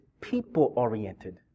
people-oriented